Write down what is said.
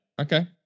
Okay